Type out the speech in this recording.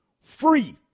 free